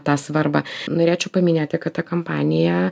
tą svarbą norėčiau paminėti kad ta kampanija